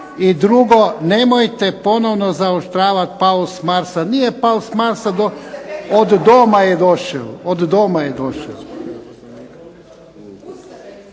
i drugo nemojte ponovno zaoštravati, pao s Marsa. Nije pao s Marsa, od doma je došel.